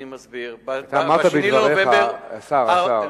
אני מסביר, אתה אמרת בדבריך, השר, השר.